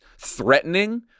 threatening